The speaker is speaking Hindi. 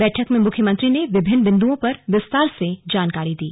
बैठक में मुख्यमंत्री ने विभिन्न बिंदुओं पर विस्तार से जानकारी दी